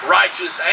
righteous